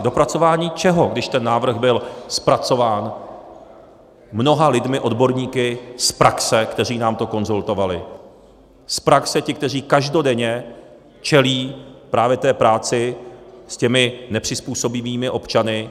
K dopracování čeho, když ten návrh byl zpracován mnoha lidmi, odborníky z praxe, kteří nám to konzultovali, z praxe těch, kteří každodenně čelí právě práci s těmi nepřizpůsobivými občany?